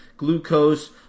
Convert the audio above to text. glucose